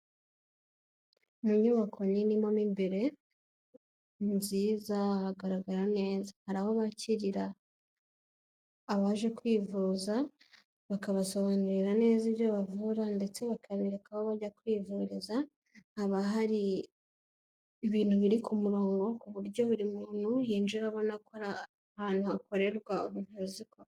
Mu nyubako nini mo mimbere nziza haragaragara neza hari aho bakirira abaje kwivuza, bakabasobanurira neza ibyo bavura, ndetse bakabereka aho bajya kwivuriza haba hari ibintu biri ku murongo, ku buryo buri muntu y'injira abona ko ari ahantu hakorwa ubuvuzi koko.